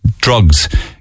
drugs